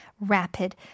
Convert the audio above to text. rapid